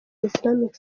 islamic